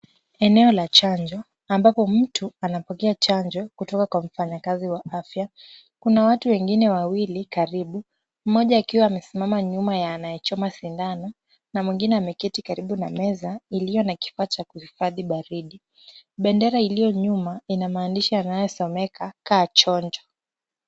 Eneo la chanjo ambapo mtu anapokea chanjo kutoka kwa mfanyakazi wa afya ,Kuna watu wengine wawili karibu ,mmoja akiwa amesimama nyuma ya anayechoma sindano na mwingine ameketi karibu na meza iliyo na kifaa Cha kuifadhi baridi ,bendera iliyo nyuma ina maandishi inayosemaka kaa chonjo .